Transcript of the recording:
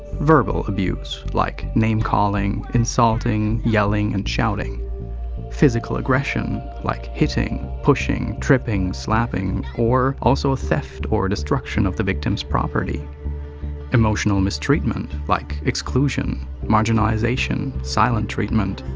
verbal abuse like name calling, insulting, yelling and shouting physical aggression like hitting, pushing, tripping, slapping or. also theft or destruction of the victim's property emotional mistreatment like exclusion, marginalization, silent treatment